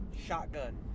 shotgun